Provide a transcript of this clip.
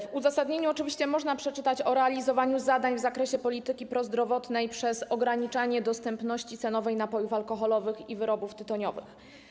W uzasadnieniu można przeczytać o realizowaniu zadań w zakresie polityki prozdrowotnej przez ograniczanie dostępności cenowej napojów alkoholowych i wyrobów tytoniowych.